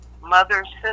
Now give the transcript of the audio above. mother's